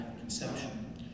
Conception